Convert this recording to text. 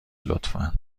لطفا